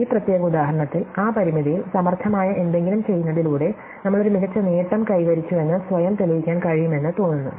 ഈ പ്രത്യേക ഉദാഹരണത്തിൽ ആ പരിമിതിയിൽ സമർത്ഥമായ എന്തെങ്കിലും ചെയ്യുന്നതിലൂടെ നമ്മൾ ഒരു മികച്ച നേട്ടം കൈവരിച്ചുവെന്ന് സ്വയം തെളിയിക്കാൻ കഴിയുമെന്ന് തോന്നുന്നു